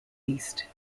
east